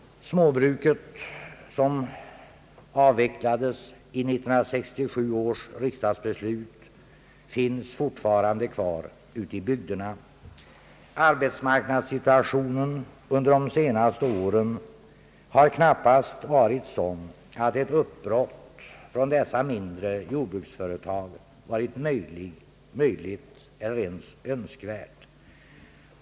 Småbruket, som avvecklades i 1967 års riksdagsbeslut, finns fortfarande kvar ute i bygderna. Arbetsmarknadssituationen under de senaste åren har knappast varit sådan, att ett uppbrott från dessa mindre jordbruksföretag varit möjligt eller ens önskvärt.